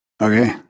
Okay